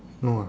no ah